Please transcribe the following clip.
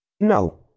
No